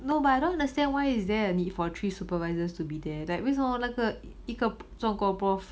no but I don't understand why is there a need for three supervisors to be there that 为什么那个一个做过 prof